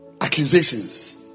accusations